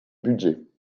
budget